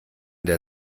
der